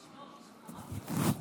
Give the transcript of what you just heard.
אני, יועז הנדל, בן יונה ומרים,